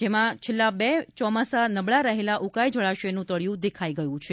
તેમાં છેલ્લા બે ચોમાસા નબળા રહેલા ઉકાઇ જળાશયનું તળિયું દેખાઇ ગયું છે